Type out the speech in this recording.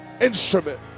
instrument